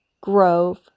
Grove